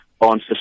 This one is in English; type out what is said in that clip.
on